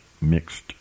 mixed